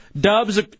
Dubs